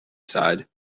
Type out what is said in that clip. sighed